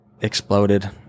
exploded